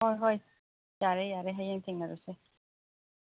ꯍꯣꯏ ꯍꯣꯏ ꯌꯥꯔꯦ ꯌꯥꯔꯦ ꯍꯌꯦꯡ ꯊꯦꯡꯅꯔꯁꯦ